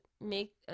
make